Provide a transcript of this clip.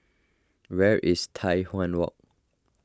where is Tai Hwan Walk